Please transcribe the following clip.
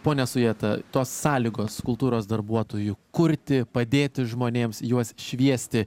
ponia sujeta tos sąlygos kultūros darbuotojų kurti padėti žmonėms juos šviesti